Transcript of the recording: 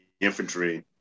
infantry